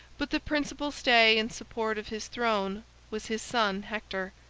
but the principal stay and support of his throne was his son hector,